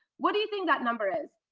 what do you think that number is?